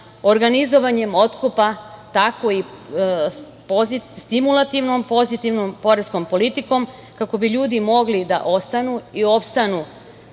organizovanjem otkupa, tako i stimulativnom pozitivnom poreskom politikom, kako bi ljudi mogli da ostanu i opstanu